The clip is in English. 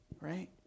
right